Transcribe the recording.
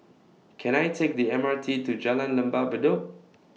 Can I Take The M R T to Jalan Lembah Bedok